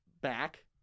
back